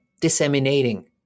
disseminating